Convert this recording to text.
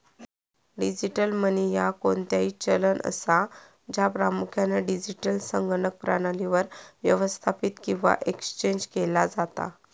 digital money ह्या कोणताही चलन असा, ज्या प्रामुख्यान डिजिटल संगणक प्रणालीवर व्यवस्थापित किंवा एक्सचेंज केला जाता